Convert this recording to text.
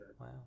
Wow